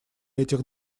этих